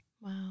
Wow